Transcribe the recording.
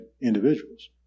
individuals